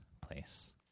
place